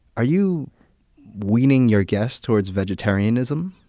are you weaning your guests toward vegetarianism?